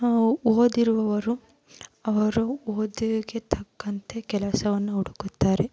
ಓದಿರುವವರು ಅವರು ಓದಿಗೆ ತಕ್ಕಂತೆ ಕೆಲಸವನ್ನು ಹುಡುಕುತ್ತಾರೆ